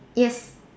yes